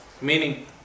meaning